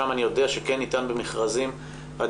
שם אני יודע שכן ניתן במכרזים עדיפות